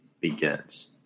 begins